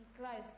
Christ